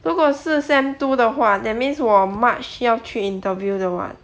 如果是 sem two 的话 that means 我 march 要去 interview 的 [what]